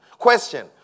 Question